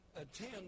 attend